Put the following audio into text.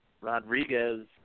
Rodriguez